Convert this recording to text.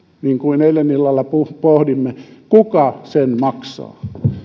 niin kuin eilen illalla pohdimme kuka sen maksaa